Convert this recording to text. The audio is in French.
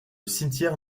cimetière